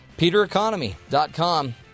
PeterEconomy.com